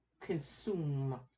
consume